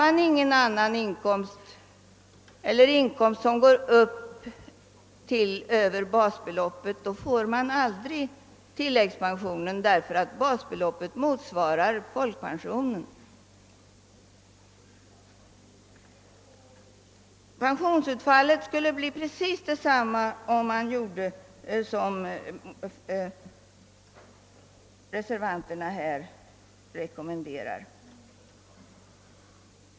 Men om man inte har en inkomst som går upp över basbeloppet, så får man ingen tilläggspension, ty basbeloppet motsvarar folkpensionen, och pensionsutfallet blir precis detsamma om man gör som = reservanterna rekommenderar.